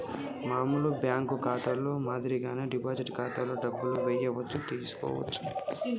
మామూలు బ్యేంకు ఖాతాలో మాదిరిగానే డిపాజిట్ ఖాతాలో డబ్బులు ఏయచ్చు తీసుకోవచ్చు